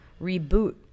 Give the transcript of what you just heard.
reboot